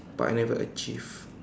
but I never achieve